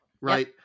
right